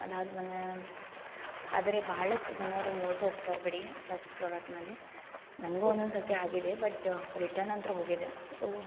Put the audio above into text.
ಅದಾದ ಮೇಲೆ ಆದರೆ ಭಾಳಷ್ಟು ಜನರು ಮೋಸ ಹೋಗ್ತಾರೆ ಬಿಡಿ ಫಸ್ಟ್ ಪ್ರಾಡಕ್ಟ್ನಲ್ಲಿ ನನಗು ಒಂದೊಂದು ಸರ್ತಿ ಆಗಿದೆ ಬಟ್ ರಿಟರ್ನ್ ಅಂತು ಹೋಗಿದೆ ಸೊ